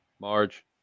Marge